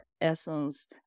essence